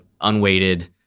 unweighted